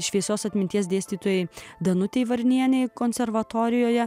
šviesios atminties dėstytojai danutei varnienei konservatorijoje